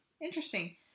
Interesting